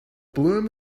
bloom